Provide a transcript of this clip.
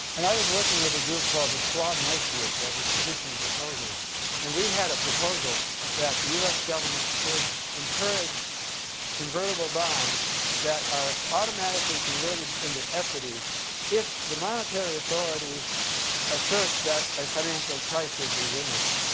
and i was working with a group call the squam lake group that was producing proposals and we had a proposal that the us government should encourage convertible bonds that are automatically converted into equity if the monetary authority asserts that a financial crisis is imminent.